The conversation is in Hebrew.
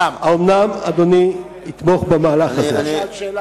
האומנם יתמוך אדוני במהלך הזה?